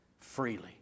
freely